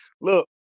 Look